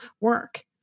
work